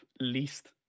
least